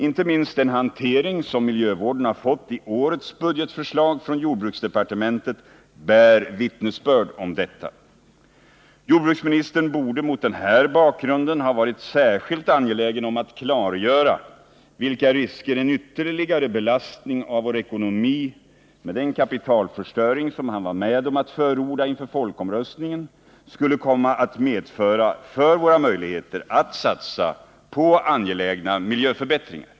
Inte minst den hantering som miljövården har fått i årets budgetförslag från jordbruksdepartementet bär vittnesbörd om detta. Jordbruksministern borde mot den här bakgrunden ha varit särskilt angelägen om att klargöra vilka risker en ytterligare belastning av vår ekonomi med den kapitalförstöring som han var med om att förorda inför folkomröstningen skulle komma att medföra för våra möjligheter att satsa på viktiga miljöförbättringar.